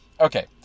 Okay